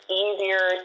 easier